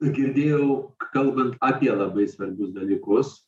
girdėjau kalbant apie labai svarbius dalykus